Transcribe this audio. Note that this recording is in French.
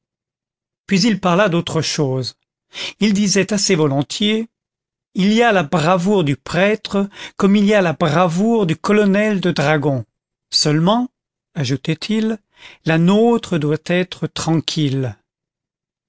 puis il parla d'autre chose il disait assez volontiers il y a la bravoure du prêtre comme il y a la bravoure du colonel de dragons seulement ajoutait-il la nôtre doit être tranquille